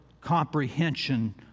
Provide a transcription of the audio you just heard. comprehension